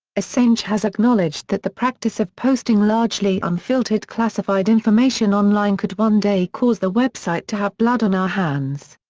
assange has acknowledged that the practice of posting largely unfiltered classified information online could one day cause the website to have blood on our hands.